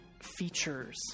features